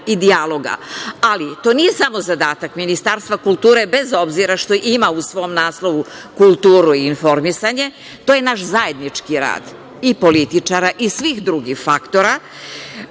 i dijaloga. Ali, to nije samo zadatak Ministarstva kulture, bez obzira što ima u svom naslovu kulturu i informisanje, to je naš zajednički rad, i političara i svih drugih faktora.